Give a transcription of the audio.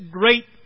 great